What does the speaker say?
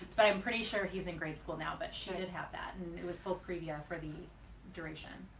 but i'm pretty sure he's in grade school now, but she did have that and it was full previa for the duration.